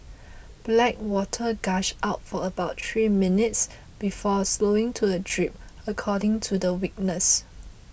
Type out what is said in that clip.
black water gushed out for about three minutes before slowing to a drip according to the witness